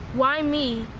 why me?